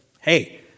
hey